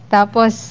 Tapos